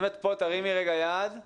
אני מיכל, אני עורכת דין ועובדת סוציאלית.